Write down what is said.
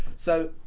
so,